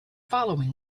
following